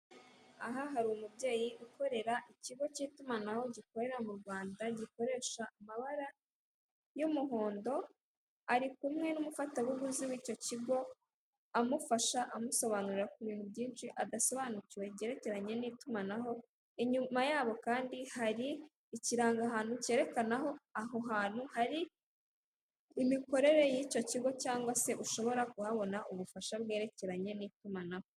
Aha hari umubyeyi ukorera ikigo cy'itumanaho gikorera mu Rwanda, gikoresha amabara y'umuhondo ari kumwe n'umufatabuguzi wicyo kigo, amufasha amusobanurira ku bintu byinshi adasobanukiwe byerekeranye n'itumanaho inyuma yabo kandi hari ikiranga ahantu cyerekana aho aho hantu hari imikorere yicyo kigo cyangwa se ushobora kuhabona ubufasha bwerekeranye n'itumanaho.